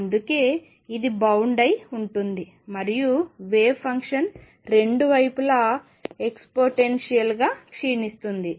అందుకే ఇది బౌండ్ అయి కట్టుబడి ఉంటుంది మరియు వేవ్ ఫంక్షన్ రెండు వైపులా ఎక్స్పొనెన్షియల్ గా క్షీణిస్తుంది